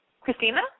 Christina